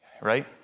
Right